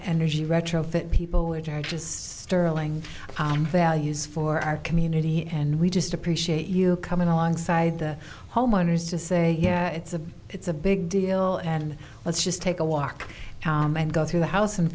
energy retrofit people which are just sterling values for our community and we just appreciate you coming alongside the homeowners to say yeah it's a it's a big deal and let's just take a walk and go through the house and